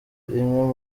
rimwe